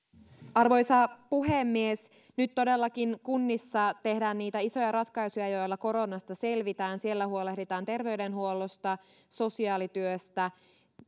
arvoisa puhemies nyt todellakin kunnissa tehdään niitä isoja ratkaisuja joilla koronasta selvitään siellä huolehditaan terveydenhuollosta sosiaalityöstä